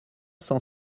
cent